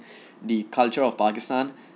the culture of pakistan